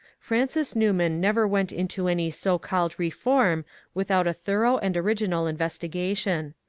francis newman never went into any so-called reform without a thorough and original investigation.